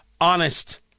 honest